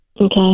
Okay